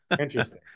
Interesting